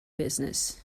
business